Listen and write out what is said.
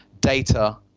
data